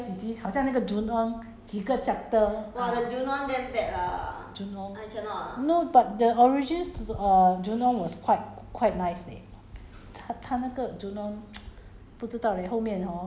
一集是 movie mah movie 因为要几集好像那个 ju-on 几个 chapter !wah! ju-on no but the original ju~ err ju-on was quite quite nice leh